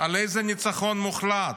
על איזה ניצחון מוחלט?